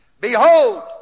behold